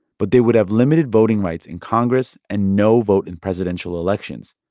but they would have limited voting rights in congress and no vote in presidential elections.